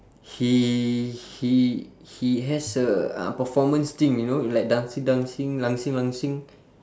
he he he has a uh performance thing you know like dancing dancing dancing dancing